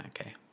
okay